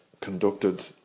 conducted